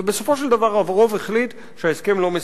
ובסופו של דבר הרוב החליט שההסכם לא מספק.